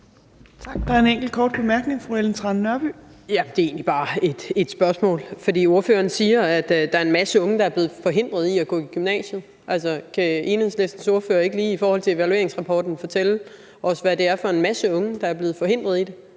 Det er egentlig bare et spørgsmål. For ordføreren siger, at der er en masse unge, der er blevet forhindret i at gå i gymnasiet. Altså, kan Enhedslistens ordfører ikke lige i forhold til evalueringsrapporten fortælle os, hvad det er for en masse unge, der er blevet forhindret i det?